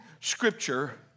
Scripture